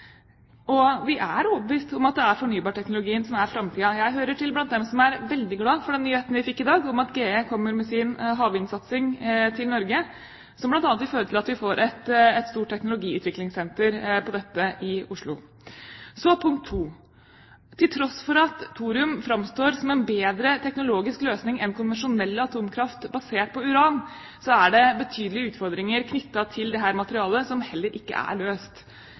har. Vi er overbevist om at det er fornybarteknologien som er framtida. Jeg hører til blant dem som er veldig glad for den nyheten vi fikk i dag om at GE kommer med sin havvindsatsing til Norge, som bl.a. vil føre til at vi får et stort teknologiutviklingssenter på dette i Oslo. Punkt to: Til tross for at thorium framstår som en bedre teknologisk løsning enn konvensjonell atomkraft basert på uran, er det betydelige utfordringer knyttet til dette materialet som heller ikke er løst.